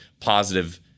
positive